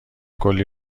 کلی